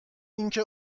اینکه